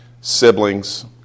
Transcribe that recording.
siblings